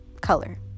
color